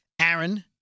Aaron